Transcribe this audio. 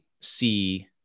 see